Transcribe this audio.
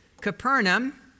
Capernaum